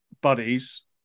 buddies